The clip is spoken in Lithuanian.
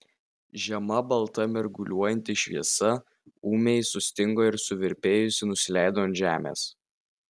žema balta mirguliuojanti šviesa ūmiai sustingo ir suvirpėjusi nusileido ant žemės